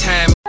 Time